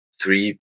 Three